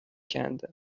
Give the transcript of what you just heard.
کندم